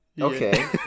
okay